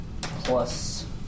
plus